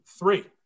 Three